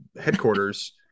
headquarters